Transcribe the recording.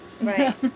right